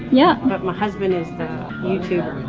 yeah but my husband is the youtuber.